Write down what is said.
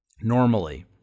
normally